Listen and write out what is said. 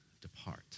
depart